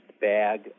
bag